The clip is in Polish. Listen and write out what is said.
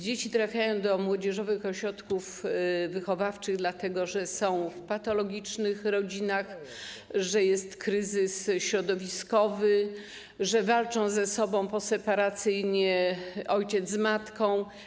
Dzieci trafiają do młodzieżowych ośrodków wychowawczych, dlatego że są w patologicznych rodzinach, że dotyka je kryzys środowiskowy, że walczą ze sobą poseparacyjnie ojciec z matką.